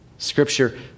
Scripture